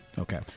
Okay